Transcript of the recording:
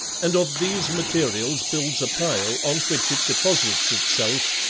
and of these materials builds a pile on which it deposits itself,